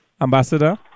ambassador